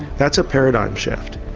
that's a paradigm shift.